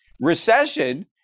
recession